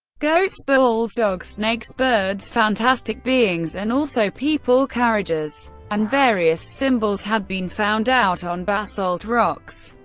goats, bulls, dogs, snakes, birds, fantastic beings and also people, carriages and various symbols had been found out on basalt rocks.